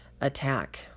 attack